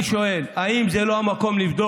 אני שואל: האם זה לא המקום לבדוק